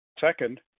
Second